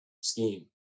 scheme